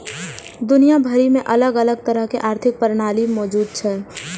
दुनिया भरि मे अलग अलग तरहक आर्थिक प्रणाली मौजूद छै